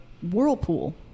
whirlpool